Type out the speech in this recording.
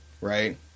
right